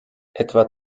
etwa